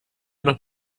noch